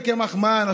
קח את זה כמחמאה.